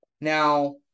Now